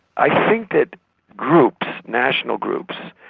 i think that groups, national groups,